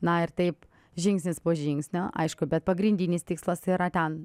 na ir taip žingsnis po žingsnio aišku bet pagrindinis tikslas yra ten